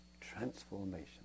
transformation